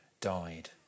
died